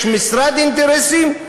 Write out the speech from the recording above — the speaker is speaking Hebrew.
יש משרד אינטרסים.